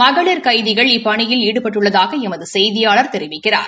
மகளிர் கைதிகள் இப்பணியில் ஈடுபட்டுள்ளதாக எமது செய்தியாளர் தெரிவிக்கிறார்